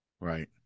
Right